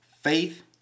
Faith